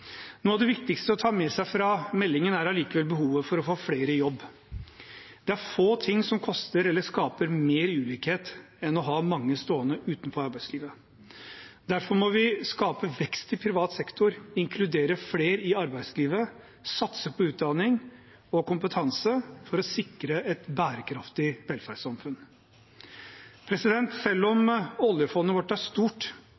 Noe av det viktigste å ta med seg fra meldingen er likevel behovet for å få flere i jobb. Det er få ting som koster mer eller skaper mer ulikhet enn å ha mange stående utenfor arbeidslivet. Derfor må vi skape vekst i privat sektor, inkludere flere i arbeidslivet og satse på utdanning og kompetanse for å sikre et bærekraftig velferdssamfunn. Selv